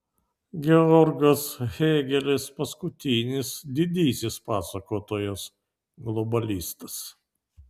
georgas hėgelis paskutinis didysis pasakotojas globalistas